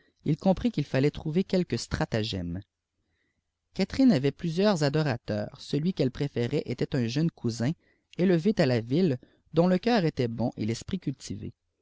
il eomprit qu'il allait trouver quelque stratagème catherine avait plusieurs adorateurs cdui qu'elle préférait était un jeune cousin élevé èl la ville dont le faœur était bon et l'esprit cultivé